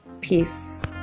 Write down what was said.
Peace